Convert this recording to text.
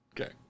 Okay